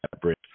bridge